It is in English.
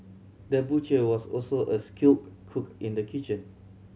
the butcher was also a skilled cook in the kitchen